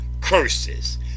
curses